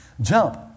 Jump